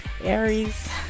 Aries